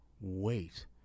wait